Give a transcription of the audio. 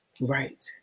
right